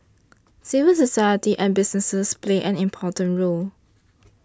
civil society and businesses play an important role